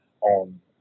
on